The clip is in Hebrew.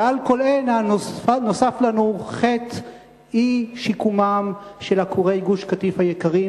ועל כל אלה נוסף לנו חטא אי-שיקומם של עקורי גוש-קטיף היקרים,